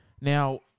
Now